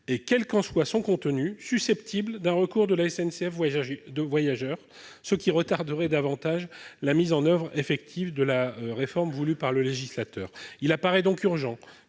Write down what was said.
est, quel qu'en soit son contenu, susceptible d'un recours de SNCF Voyageurs, ce qui retarderait davantage la mise en oeuvre effective de la réforme voulue par le législateur. Il apparaît donc urgent